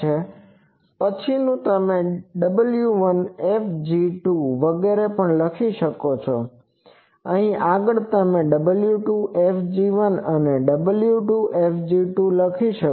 જે પછીનુ તમે 〈w1F 〉 વગેરે પણ લખી શકો છો અહીં આગળ તમે 〈w2F 〉 અને 〈w2 F〉 લખી શકો છો